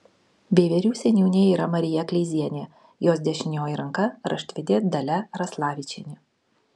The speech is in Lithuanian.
veiverių seniūnė yra marija kleizienė jos dešinioji ranka raštvedė dalia raslavičienė